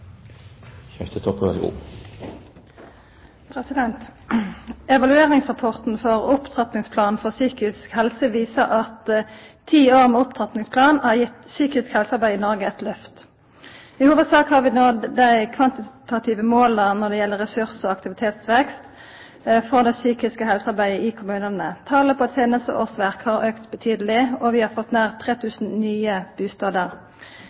psykisk syke. Evalueringsrapporten for Opptrappingsplanen for psykisk helse viser at ti år med opptrappingsplan har gitt psykisk helsearbeid i Noreg eit lyft. I hovudsak har vi nådd dei kvantitative måla når det gjeld ressurs- og aktivitetsvekst for det psykiske helsearbeidet i kommunane. Talet på tenesteårsverk har auka betydeleg, og vi har fått nær 3 000 nye bustader.